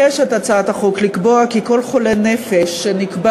הצעת החוק מבקשת לקבוע כי כל חולה נפש שנקבע